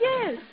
Yes